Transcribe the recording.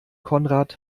konrad